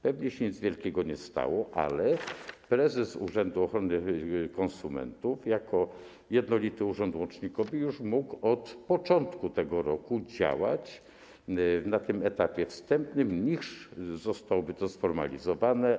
Pewnie nic wielkiego się nie stało, ale prezes urzędu ochrony konsumentów jako jednolity urząd łącznikowy mógł już od początku tego roku działać na tym etapie wstępnym, nim zostało to sformalizowane.